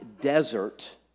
desert